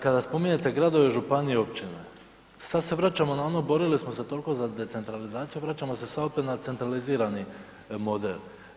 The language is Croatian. Kada spominjete gradove i županije i općine, sad se vraćamo na ono borili smo se toliko za decentralizaciju, vraćamo se sad opet na centralizirani model.